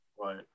Right